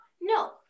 no